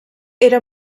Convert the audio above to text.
era